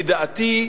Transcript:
לדעתי,